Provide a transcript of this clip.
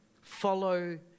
Follow